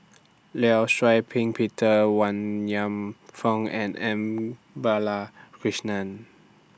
law Shau Ping Peter Wan Kam Fook and M Balakrishnan